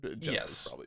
Yes